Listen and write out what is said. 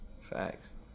Facts